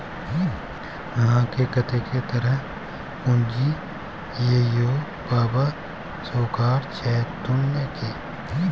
अहाँकेँ कतेक तरहक पूंजी यै यौ? बाबा शाहुकार छथुन की?